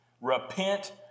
Repent